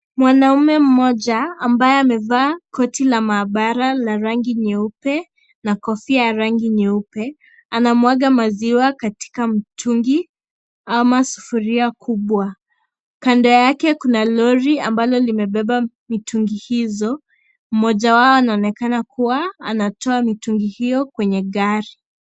Mwanaume mmoja ambaye amevaa koti la maabara la rangi nyeupe na kofia ya rangi nyeupe anamwaga maziwa katika mtungi ama sufuria kubwa. Kando yake kuna lori ambalo limebeba mitungi hizo. Mmoja wao anaonekana kuwa anatoa mitungi hizo kwenye gari.